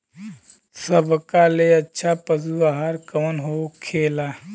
सबका ले अच्छा पशु आहार कवन होखेला?